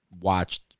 watched